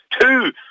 two